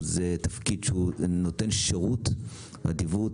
זה תפקיד שבו הוא נותן שירות באדיבות,